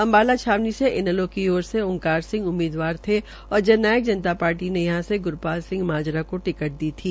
अम्बाला छावनी से इनैलो की ओर से ओंकार सिंह उम्मीदवार थे और जन नायक जनता नता पार्टी ने यहां से गुरपाल सिह माजरा को टिकट दी थी